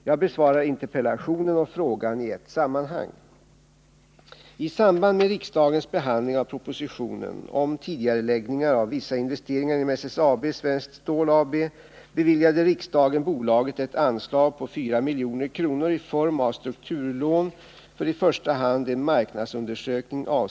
Jag besvarar interpellationen och frågan i ett sammanhang.